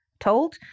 told